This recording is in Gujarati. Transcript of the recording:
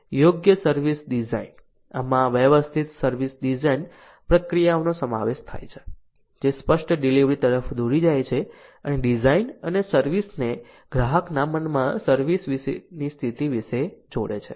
યોગ્ય સર્વિસ ડિઝાઇન આમાં વ્યવસ્થિત સર્વિસ ડિઝાઇન પ્રક્રિયાનો સમાવેશ થાય છે જે સ્પષ્ટ ડિલિવરી તરફ દોરી જાય છે અને ડિઝાઇન અને સર્વિસ ને ગ્રાહકના મનમાં સર્વિસ ની સ્થિતિ સાથે જોડે છે